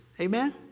Amen